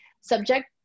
subject